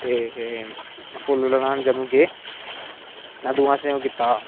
ते फुल्ल रढान जंदू गेऐ अंदू असें ओह् कीता